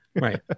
Right